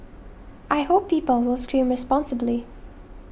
I hope people will scream responsibly